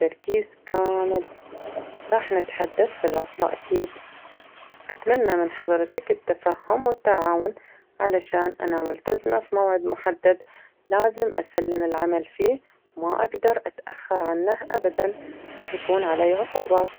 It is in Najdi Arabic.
المكان مكان عمل وإحنا لازم نلتزم في قوانين الالتزام والشركة طالبة منا العمل وليس الثرثرة.